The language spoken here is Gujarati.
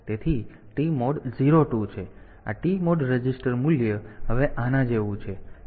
તેથી આ TMOD રજિસ્ટર મૂલ્ય હવે આના જેવું છે